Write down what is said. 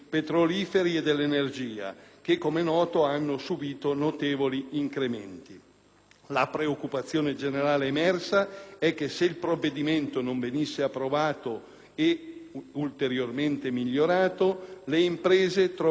La preoccupazione generale emersa è che se il provvedimento non venisse approvato e ulteriormente migliorato le imprese si troverebbero in grande difficoltà in quanto in questi anni